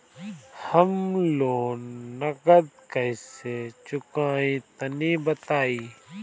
हम लोन नगद कइसे चूकाई तनि बताईं?